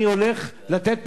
אני הולך לתת פתרונות.